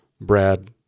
Brad